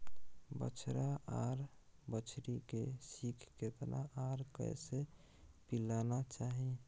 बछरा आर बछरी के खीस केतना आर कैसे पिलाना चाही?